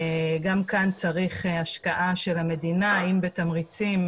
גם כאן צריכה להיות השקעה של המדינה - אם בתמריצים,